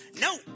No